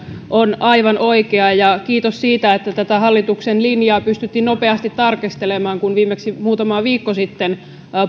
ja se on aivan oikea kiitos siitä että tätä hallituksen linjaa pystyttiin nopeasti tarkastelemaan viimeksi muutama viikko sitten